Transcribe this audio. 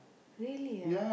really ah